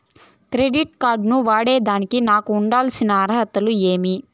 Credit card ను వాడేదానికి నాకు ఉండాల్సిన అర్హతలు ఏమి?